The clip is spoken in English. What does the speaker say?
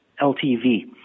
LTV